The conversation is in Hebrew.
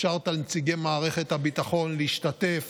אפשרת לנציגי מערכת הביטחון להשתתף